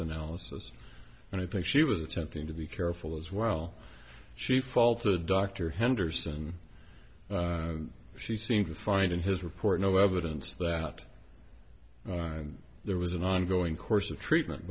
analysis and i think she was attempting to be careful as well she faltered dr henderson she seemed to find in his report no evidence that there was an ongoing course of treatment